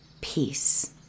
peace